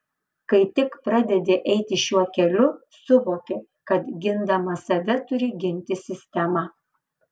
kai tik pradedi eiti šiuo keliu suvoki kad gindamas save turi ginti sistemą